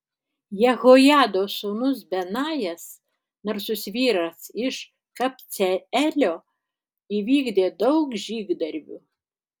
jehojados sūnus benajas narsus vyras iš kabceelio įvykdė daug žygdarbių